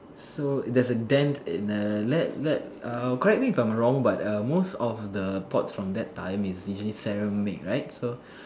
so there's a dent in the let let err correct me if I'm wrong but err most of the pots from that time is ceramic right so